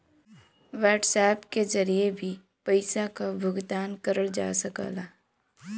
WhatsApp के जरिए भी पइसा क भुगतान करल जा सकला